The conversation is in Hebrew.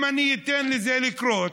אם אני אתן לזה לקרות,